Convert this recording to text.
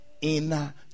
inner